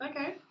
okay